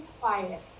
quiet